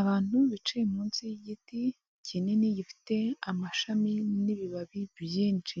Abantu bicaye munsi y'igiti kinini gifite amashami n'ibibabi byinshi,